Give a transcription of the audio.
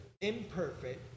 imperfect